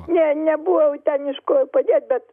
ne nebuvo ten iš kur padėt bet